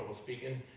speaking.